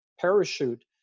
parachute